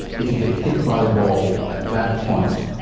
if you get hit by the ball at that point,